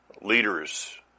Leaders